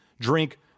drink